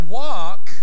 walk